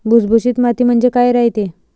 भुसभुशीत माती म्हणजे काय रायते?